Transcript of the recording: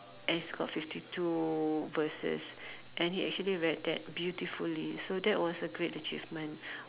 and it's got fifty two verses and he actually read that beautifully so that was a great achievement